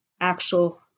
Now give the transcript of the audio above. actual